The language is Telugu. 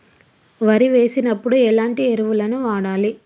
వరి వేసినప్పుడు ఎలాంటి ఎరువులను వాడాలి?